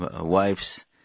wives